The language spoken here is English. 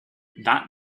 that